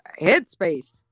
headspace